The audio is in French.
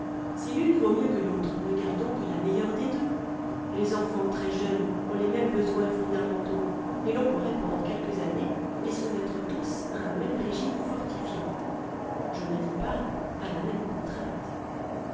si l'une vaut mieux que l'autre ne gardons que la meilleure des deux les enfants très jeunes ont les mêmes besoins fondamentaux et l'on pourrait pendant quelques années les soumettre tous à un même régime fortifiant